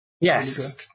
Yes